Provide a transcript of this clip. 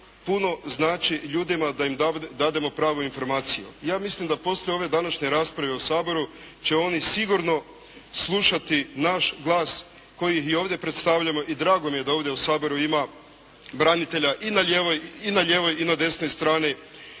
puno znači ljudima da im dademo pravu informaciju. Ja mislim da poslije ove današnje rasprave u Saboru će oni sigurno slušati naš glas koji ih i ovdje predstavljamo i drago mi je da ovdje u Saboru ima branitelja i na lijevoj i na desnoj strani